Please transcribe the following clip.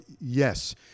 yes